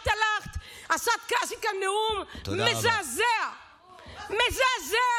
את הלכת ועשית כאן נאום מזעזע, מזעזע.